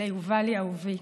ליובלי אהובי,